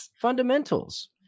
Fundamentals